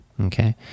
okay